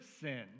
sin